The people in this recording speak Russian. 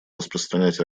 распространять